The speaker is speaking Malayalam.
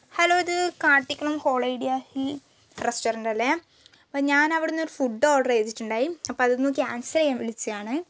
ഹലോ ഇത് കാട്ടിക്കുളം ഹോളിഡിയാഹിൽ റസ്റ്റോറൻ്റ് അല്ലേ അപ്പം ഞാനവിടെ നിന്നൊരു ഫുഡ് ഓർഡർ ചെയ്തിട്ടുണ്ടായി അപ്പം അതൊന്ന് ക്യാൻസല് ചെയ്യാൻ വിളിച്ചതാണ്